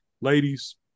ladies